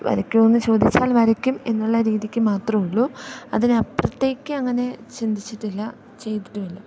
വരക്കുമോ എന്നു ചോദിച്ചാൽ വരയ്ക്കും എന്നുള്ള രീതിക്ക് മാത്രമേയുള്ളൂ അതിനപ്പുറത്തേക്ക് അങ്ങനെ ചിന്തിച്ചിട്ടില്ല ചെയ്തിട്ടുമില്ല